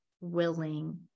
willing